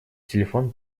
телефон